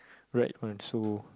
right console